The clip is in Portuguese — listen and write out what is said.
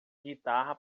guitarra